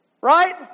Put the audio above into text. right